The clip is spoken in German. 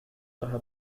daher